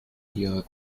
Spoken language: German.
ihrer